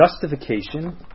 justification